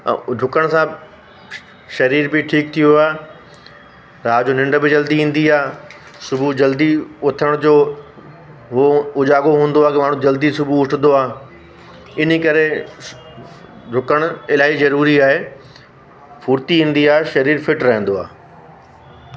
ऐं ॾुकण सां शरीर बि ठीकु थी वियो आहे राति जो निंड बि जल्दी ईंदी आहे सुबुह जल्दी उथण जो हो उजाॻो हूंदो आहे अगरि माण्हू जल्दी सुबुह उथंदो आहे इन करे ॾुकणु इलाही ज़रूरी आहे फ़ुर्ती ईंदी आहे शरीर फ़िट रहंदो आहे